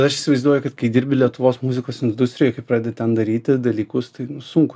aš įsivaizduoju kad kai dirbi lietuvos muzikos industrijoj kai pradedi ten daryti dalykus tai sunku